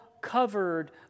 covered